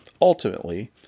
Ultimately